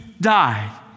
died